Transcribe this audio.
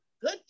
Good